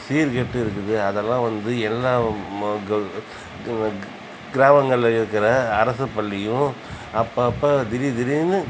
சீர்கெட்டு இருக்குது அதெல்லாம் வந்து எல்லா கிராமங்களில் இருக்கிற அரசு பள்ளியும் அப்போ அப்போ திடீர் திடீர்னு